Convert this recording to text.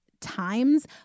times